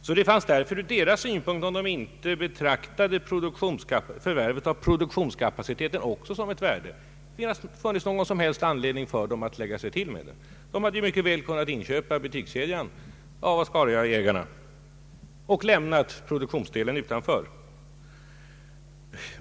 Om Batakoncernen inte betraktade förvärvet av produktionskapaciteten såsom ett värde, fanns det inte någon som helst anledning för koncernen att lägga sig till med den och också betala för den. Batakoncernen hade mycket väl kunnat inköpa butikskedjan av Oscariaägarna och lämna produktionsdelen utanför.